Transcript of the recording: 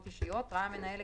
ראה מהנהל,